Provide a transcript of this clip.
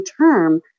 term